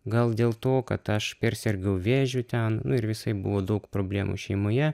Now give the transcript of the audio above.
gal dėl to kad aš persirgau vėžiu ten nu ir visaip buvo daug problemų šeimoje